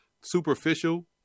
superficial